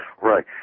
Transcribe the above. Right